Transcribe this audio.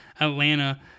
Atlanta